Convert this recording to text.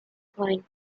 point